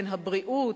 בין הבריאות,